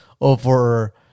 over